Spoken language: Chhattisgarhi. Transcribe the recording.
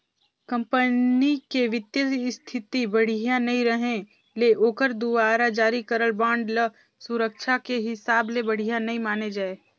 कंपनी के बित्तीय इस्थिति बड़िहा नइ रहें ले ओखर दुवारा जारी करल बांड ल सुरक्छा के हिसाब ले बढ़िया नइ माने जाए